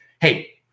Hey